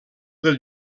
del